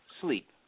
sleep